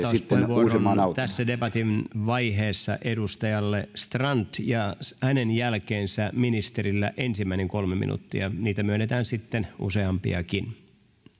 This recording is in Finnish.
vastauspuheenvuoron tässä debatin vaiheessa edustajalle strand ja hänen jälkeensä ministerille ensimmäiset kolme minuuttia niitä myönnetään sitten useampiakin